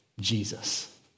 Jesus